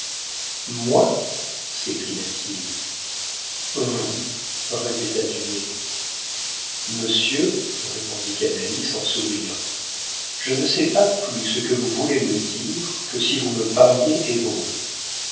moi s'écria-t-il vous répéta dumay monsieur répondit canalis en souriant je ne sais pas plus ce que vous voulez me dire que si vous me parliez hébreu